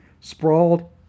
sprawled